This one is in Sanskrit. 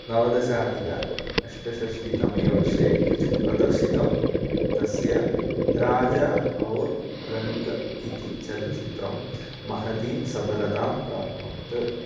नवदशाधिक अष्टषष्टितमे वर्षे प्रदर्शितं तस्य राजा और् रङ्क् इति चलच्चित्रं महतीं सफलतां प्राप्नोत्